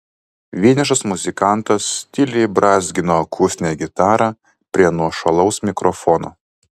vienišas muzikantas tyliai brązgino akustinę gitarą prie nuošalaus mikrofono